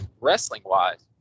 wrestling-wise